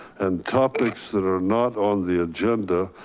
and topics that are not on the agenda,